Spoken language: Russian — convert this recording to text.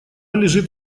лежит